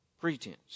pretense